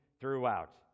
throughout